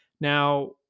Now